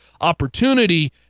opportunity